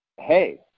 hey